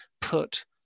put